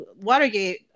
Watergate